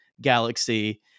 galaxy